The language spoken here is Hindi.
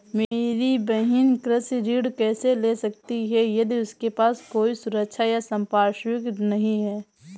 मेरी बहिन कृषि ऋण कैसे ले सकती है यदि उसके पास कोई सुरक्षा या संपार्श्विक नहीं है?